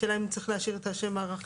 השאלה אם צריך להשאיר את השם הרחב?